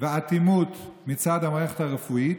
ואטימות מצד המערכת הרפואית.